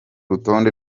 rutonde